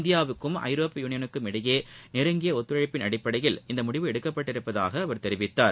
இந்தியாவுக்கும் ஐரோப்பிய யூளியலுக்கும் இடையே நெருங்கிய ஒத்துழைப்பிள் அடிப்படையில் இந்த முடிவு எடுக்கப்பட்டுள்ளதாக அவர் தெரிவித்தார்